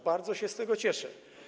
Bardzo się z tego cieszę.